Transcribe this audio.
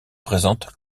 présente